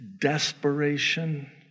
desperation